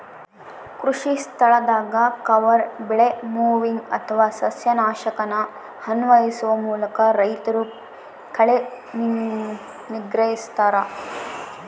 ಕೃಷಿಸ್ಥಳದಾಗ ಕವರ್ ಬೆಳೆ ಮೊವಿಂಗ್ ಅಥವಾ ಸಸ್ಯನಾಶಕನ ಅನ್ವಯಿಸುವ ಮೂಲಕ ರೈತರು ಕಳೆ ನಿಗ್ರಹಿಸ್ತರ